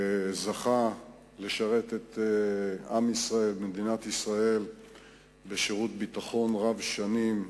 זכה לשרת את עם ישראל ומדינת ישראל בשירות ביטחון רב-שנים,